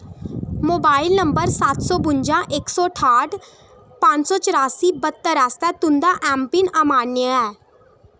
mobile number सत्त सौ बुंजा इक सौ ठाठ पंज सौ चरासी बत्तर आस्तै तुं'दा ऐम्मपिन अमान्य ऐ